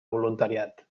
voluntariat